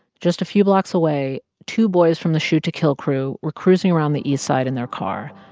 just a few blocks away, two boys from the shoot to kill crew were cruising around the east side in their car.